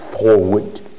forward